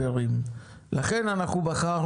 בוקר